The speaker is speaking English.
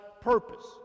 purpose